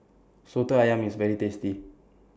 Soto Ayam IS very tasty